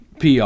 PR